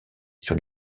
sur